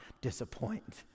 disappoint